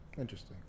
interesting